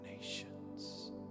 nations